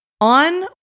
On